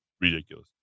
ridiculous